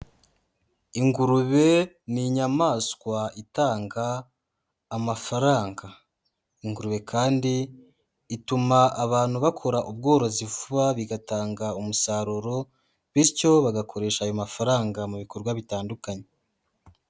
Ingurube ni inyamaswa itanga amafaranga, ingurube kandi ituma abantu bakora ubworozi vuba bigatanga umusaruro, bityo bagakoresha ayo mafaranga mu bikorwa bitandukanye.